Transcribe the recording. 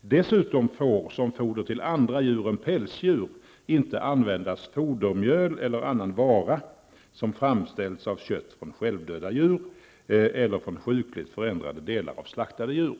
Dessutom får som foder till andra djur än pälsdjur inte användas fodermjöl eller annan vara som framställts av kött från självdöda djur eller från sjukligt förändrade delar av slaktade djur.